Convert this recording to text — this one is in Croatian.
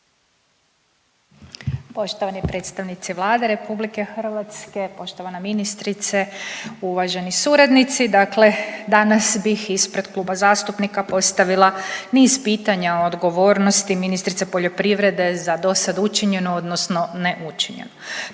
Poštovani predstavnici Vlade RH, poštovana ministrice, uvaženi suradnici. Dakle, danas bih ispred Kluba zastupnika postavila niz pitanja o odgovornosti ministrice poljoprivrede za do sad učinjeno odnosno neučinjeno.